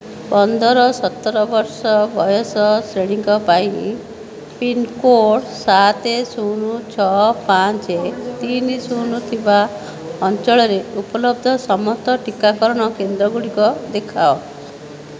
ପନ୍ଦର ସତର ବର୍ଷ ବୟସ ଶ୍ରେଣୀଙ୍କ ପାଇଁ ପିନ୍କୋଡ଼୍ ସାତ ଶୂନ ଛଅ ପାଞ୍ଚ ତିନି ଶୂନ ଥିବା ଅଞ୍ଚଳରେ ଉପଲବ୍ଧ ସମସ୍ତ ଟିକାକରଣ କେନ୍ଦ୍ର ଗୁଡ଼ିକ ଦେଖାଅ